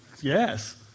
yes